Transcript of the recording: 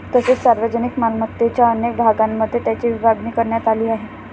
तसेच सार्वजनिक मालमत्तेच्या अनेक भागांमध्ये त्याची विभागणी करण्यात आली आहे